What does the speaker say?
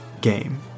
game